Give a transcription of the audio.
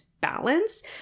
balance